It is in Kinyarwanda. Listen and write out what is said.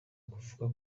avuga